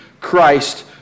Christ